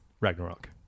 Ragnarok